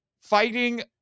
fighting